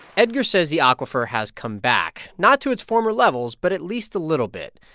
edgar says the aquifer has come back not to its former levels, but at least a little bit.